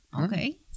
Okay